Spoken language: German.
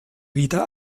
wieder